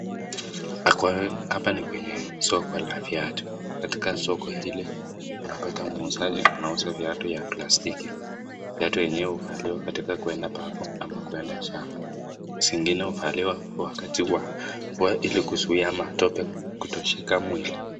Hapa ni kwenye soko la viatu, katika soko hili tunapata muuzaji anauza viatu ya plastiki, viatu yenye huvaliwa kwenda bafu ama kwenda shamba, zingine huvaliwa wakati wa mvua ili kuzuia matope kutoshika mwili.